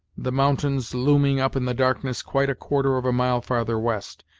the mountains looming up in the darkness quite a quarter of a mile farther west,